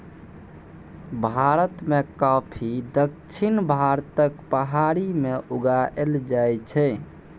भारत मे कॉफी दक्षिण भारतक पहाड़ी मे उगाएल जाइ छै